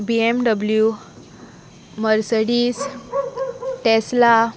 BMW Mercedes Tesla